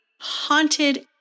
haunted